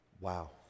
Wow